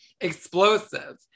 explosive